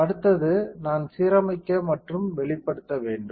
அடுத்தது நான் சீரமைக்க மற்றும் வெளிப்படுத்த வேண்டும்